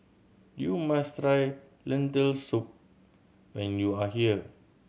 you must try Lentil Soup when you are here